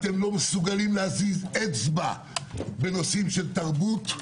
אתם לא מסוגלים להזיז אצבע בנושאי תרבות,